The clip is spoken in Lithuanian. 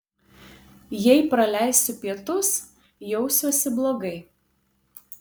jei praleisiu pietus jausiuosi blogai